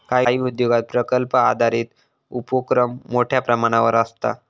काही उद्योगांत प्रकल्प आधारित उपोक्रम मोठ्यो प्रमाणावर आसता